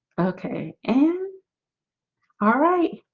okay, and all right,